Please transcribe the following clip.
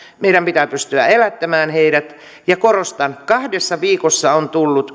meidän pitää pystyä elättämään heidät ja korostan kahdessa viikossa on tullut